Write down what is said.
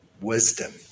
Wisdom